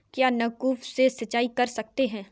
क्या नलकूप से सिंचाई कर सकते हैं?